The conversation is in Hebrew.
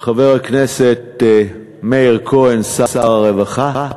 חבר הכנסת מאיר כהן, שר הרווחה.